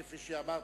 כפי שאמרתי,